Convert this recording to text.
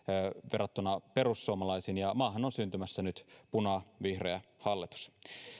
verrattuna perussuomalaisiin ja maahan on syntymässä nyt punavihreä hallitus